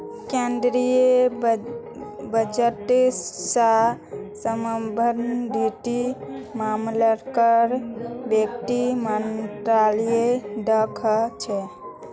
केन्द्रीय बजट स सम्बन्धित मामलाक वित्त मन्त्रालय द ख छेक